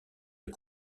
est